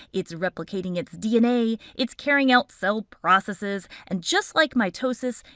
it's replicating its dna, it's carrying out cell processes. and just like mitosis,